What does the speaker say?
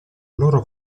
loro